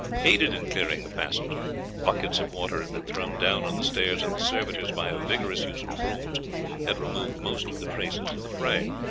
aided in clearing the passage buckets of water had been thrown down on the stairs, and the servitors by a vigorous use of brooms had removed most of the traces of the fray.